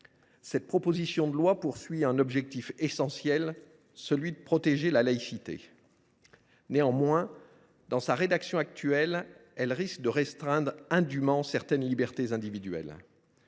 Cette proposition de loi a un objectif essentiel, celui de protéger la laïcité. Dans sa rédaction actuelle, elle risque toutefois de restreindre indûment certaines libertés individuelles.